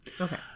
Okay